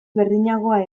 berdinagoa